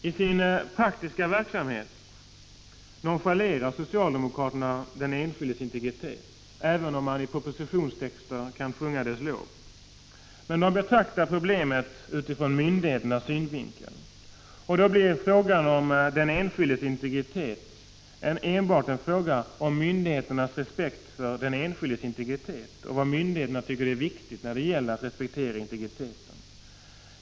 I sin praktiska verksamhet nonchalerar socialdemokraterna den enskildes integritet, även om de i propositionstexter kan sjunga dess lov. De betraktar problemet utifrån myndigheternas synvinkel. Då blir frågan om den enskildes integritet enbart en fråga om myndigheternas respekt för den enskildes integritet och om vad myndigheterna tycker är viktigt i det avseendet.